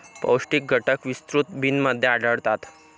पौष्टिक घटक विस्तृत बिनमध्ये आढळतात